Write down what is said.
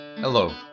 Hello